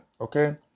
Okay